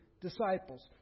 disciples